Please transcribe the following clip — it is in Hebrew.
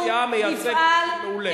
חברך לסיעה מייצג מעולה.